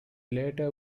later